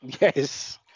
Yes